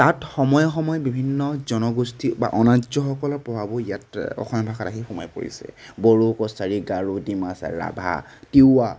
তাত সময়ে সময়ে বিভিন্ন জনগোষ্ঠী বা অনাৰ্যসকলৰ প্ৰভাৱো ইয়াত অসমীয়া ভাষাত আহি সোমাই পৰিছে বড়ো কছাৰী গাৰো ডিমাছা ৰাভা তিৱা